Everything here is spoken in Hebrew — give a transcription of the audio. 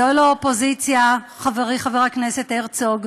זו לא אופוזיציה, חברי חבר הכנסת הרצוג.